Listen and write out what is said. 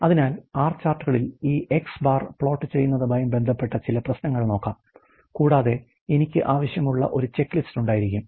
അതിനാൽ R ചാർട്ടുകളിൽ ഈ X̄ പ്ലോട്ട് ചെയ്യുന്നതുമായി ബന്ധപ്പെട്ട ചില പ്രശ്നങ്ങൾ നോക്കാം കൂടാതെ എനിക്ക് ആവശ്യമുള്ള ഒരു ചെക്ക്ലിസ്റ്റ് ഉണ്ടായിരിക്കും